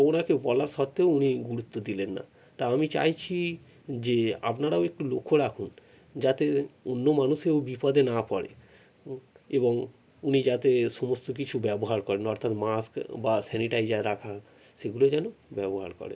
ওনাকে বলা সত্ত্বেও উনি গুরুত্ব দিলেন না তা আমি চাইছি যে আপনারাও একটু লক্ষ্য রাখুন যাতে অন্য মানুষেও বিপদে না পড়ে এবং উনি যাতে সমস্ত কিছু ব্যবহার করেন অর্থাৎ মাস্ক বা স্যানিটাইজার রাখা সেগুলো যেন ব্যবহার করেন